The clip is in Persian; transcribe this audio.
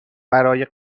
برای